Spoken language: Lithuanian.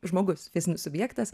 žmogus fizinis subjektas